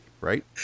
right